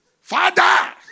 Father